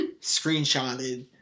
screenshotted